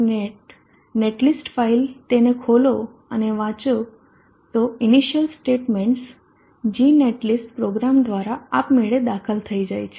net netlist file તેને ખોલો ને વાંચો તો ઇનીસિયલ સ્ટેટમેન્ટસ gnetlist પ્રોગ્રામ દ્વારા આપમેળે દાખલ થઈ જાય છે